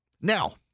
Now